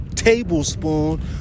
Tablespoon